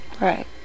Right